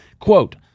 Quote